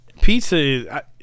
pizza